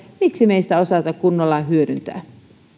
miksi me emme sitä osaa kunnolla hyödyntää